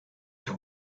cyo